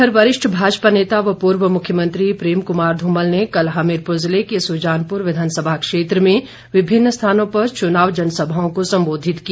इधर वरिष्ठ भाजपा नेता व पूर्व मुख्यमंत्री प्रेम कृमार ध्रमल ने कल हमीरपुर जिले के सुजानपुर विधानसभा क्षेत्र में विभिन्न स्थानों पर चुनाव जनसभाओं को संबोधित किया